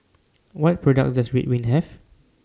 What products Does Ridwind Have